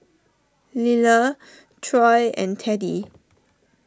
Liller Troy and Teddie